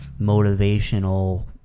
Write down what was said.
motivational